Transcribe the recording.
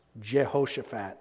Jehoshaphat